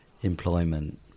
employment